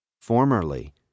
Formerly